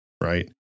right